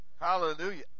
Hallelujah